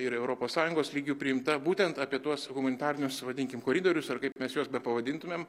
ir europos sąjungos lygiu priimta būtent apie tuos humanitarinius vadinkim koridorius ar kaip mes juos bepavadintumėm